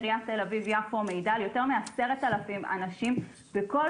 עירית תל אביב יפו מעידה על יותר מ-10,000 אנשים בכל